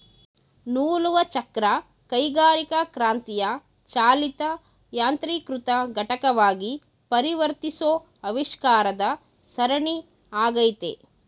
ನೂಲುವಚಕ್ರ ಕೈಗಾರಿಕಾಕ್ರಾಂತಿಯ ಚಾಲಿತ ಯಾಂತ್ರೀಕೃತ ಘಟಕವಾಗಿ ಪರಿವರ್ತಿಸೋ ಆವಿಷ್ಕಾರದ ಸರಣಿ ಆಗೈತೆ